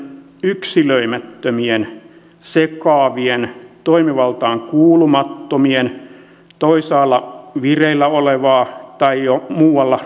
yksilöimättömien sekavien toimivaltaan kuulumattomien toisaalla vireillä olevaa tai jo muualla